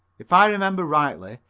if i remember rightly,